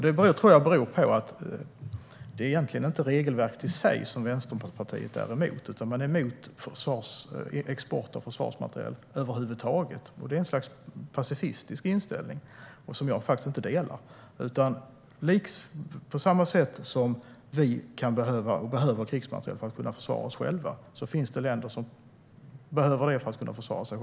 Det tror jag beror på att Vänsterpartiet inte är emot regelverket i sig utan emot export av försvarsmateriel över huvud taget. Det är ett slags pacifistisk inställning, som jag inte delar. På samma sätt som vi behöver krigsmateriel för att kunna försvara oss behöver andra länder det för att kunna försvara sig.